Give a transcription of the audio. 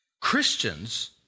Christians